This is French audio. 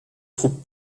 troupes